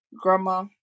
grandma